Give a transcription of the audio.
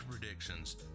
predictions